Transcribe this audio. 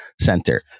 center